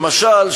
למשל,